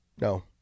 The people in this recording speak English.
No